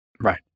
Right